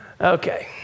Okay